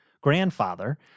grandfather